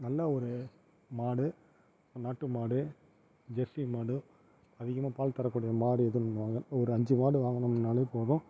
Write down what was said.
நல்ல ஒரு மாடு நாட்டு மாடு ஜெஸ்ஸி மாடு அதிகமாக பால் தரக்கூடிய மாடு எதும் வாங்க ஒரு அஞ்சு மாடு வாங்கினோம்னாலே போதும்